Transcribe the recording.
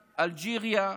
מאלג'יריה,